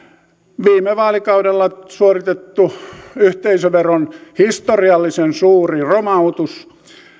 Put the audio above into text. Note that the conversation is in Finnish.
viime vaalikaudella suoritettu yhteisöveron historiallisen suuri romautus